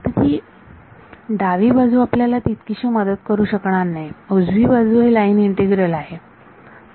तर ही डावी बाजू आपल्याला तितकीशी मदत करू शकणार नाही उजवी बाजू हे लाईन इंटीग्रल आहे